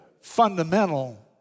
fundamental